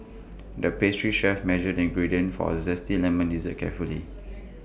the pastry chef measured ingredients for A Zesty Lemon Dessert carefully